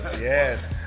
yes